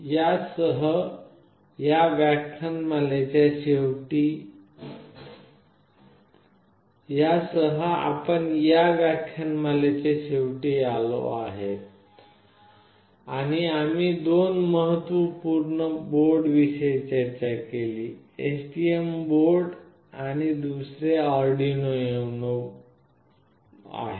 यासह आपण या व्याख्यानमालेच्या शेवटी आलो आहोत आणि आम्ही दोन महत्त्वपूर्ण बोर्ड विषयी चर्चा केली आहे एक एसटीएम बोर्ड आहे तर दुसरे आर्डिनो युनो आहे